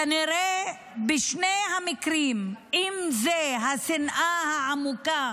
כנראה שני המקרים, אם זה השנאה העמוקה